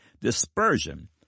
dispersion